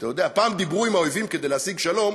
פעם דיברו עם האויבים כדי להשיג שלום.